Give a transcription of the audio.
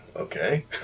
okay